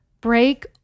break